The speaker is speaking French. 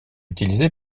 utilisé